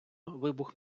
вибух